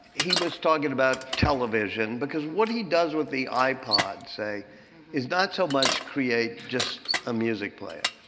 he was talking about television because what he does with the ipod say is not so much create just a music player.